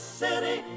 city